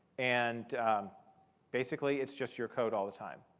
and basically, it's just your code all the time.